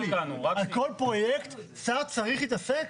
על כל פרויקט שר צריך להתעסק?